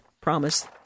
Promise